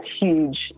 huge